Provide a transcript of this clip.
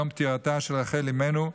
יום פטירתה של רחל אימנו,